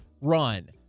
run